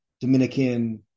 Dominican